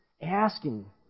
asking